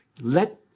Let